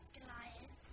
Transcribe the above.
Goliath